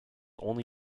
only